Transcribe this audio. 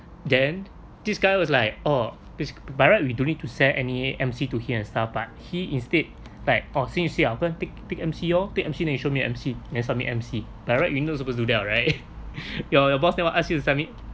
then this guy was like oh bas~ by right all we don't need to send any M_C to him and stuff but he instead like orh since you're gonna take take M_C lor take M_C then you show me your M_C then submit M_C by right we supposed to do that [what] right your your boss that will ask you submit